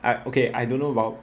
I okay I don't know about